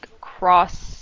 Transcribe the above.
cross